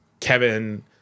Kevin